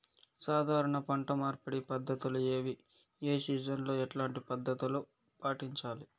సాధారణ పంట మార్పిడి పద్ధతులు ఏవి? ఏ సీజన్ లో ఎట్లాంటి పద్ధతులు పాటించాలి?